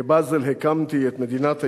"בבאזל הקמתי את מדינת היהודים",